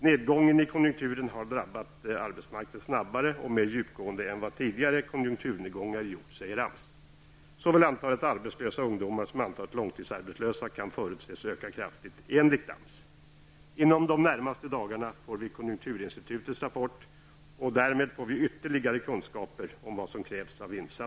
Nedgången i konjunkturen har drabbat arbetsmarknaden snabbare och mer djupgående än vad tidigare konjunkturnedgångar har gjort, säger man vid AMS. Såväl antalet arbetslösa ungdomar som antalet långtidsarbetslösa kan förutses öka kraftigt enligt AMS. Under de närmaste dagarna kommer vi att få konjunkturinstitutets rapport. Därmed får vi ytterligare kunskaper om vad det är för insatser som krävs.